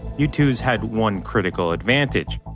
u two s had one critical advantage.